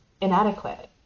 inadequate